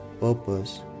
purpose